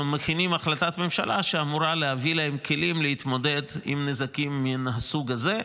ומכינים החלטת ממשלה שאמורה לתת להם כלים להתמודד עם נזקים מהסוג הזה.